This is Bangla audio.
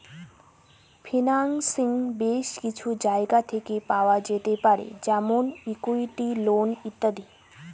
ফিন্যান্সিং বেস কিছু জায়গা থেকে পাওয়া যেতে পারে যেমন ইকুইটি, লোন ইত্যাদি